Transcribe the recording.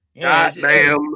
Goddamn